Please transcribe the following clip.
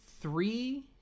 three